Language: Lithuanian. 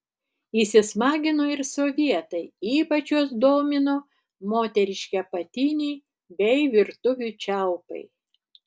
įsismagino ir sovietai ypač juos domino moteriški apatiniai bei virtuvių čiaupai